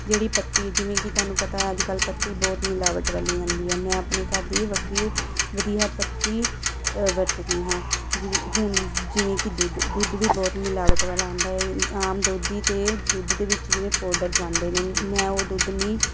ਜਿਹੜੀ ਪੱਤੀ ਜਿਵੇਂ ਕਿ ਤੁਹਾਨੂੰ ਪਤਾ ਅੱਜ ਕੱਲ੍ਹ ਪੱਤੀ ਬਹੁਤ ਮਿਲਾਵਟ ਵਾਲੀ ਆਉਂਦੀ ਹੈ ਮੈਂ ਆਪਣੇ ਘਰ ਦੀ ਵੱਖਰੀ ਵਧੀਆ ਪੱਤੀ ਵਰਤਦੀ ਹਾਂ ਜਿਵੇਂ ਹੁਣ ਜਿਵੇਂ ਕਿ ਦੁੱਧ ਦੁੱਧ ਵੀ ਬਹੁਤ ਮਿਲਾਵਟ ਵਾਲਾ ਆਉਂਦਾ ਹੈ ਆਮ ਦੋਧੀ ਤਾਂ ਦੁੱਧ ਦੇ ਵਿੱਚ ਜਿਵੇਂ ਪਾਊਡਰ ਪਾਉਂਦੇ ਨੇ ਮੈਂ ਉਹ ਦੁੱਧ ਨਹੀਂ